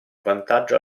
vantaggio